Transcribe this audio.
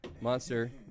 Monster